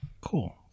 Cool